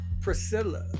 Priscilla